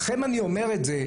לכם אני אומר את זה,